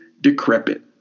decrepit